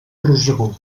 rosegó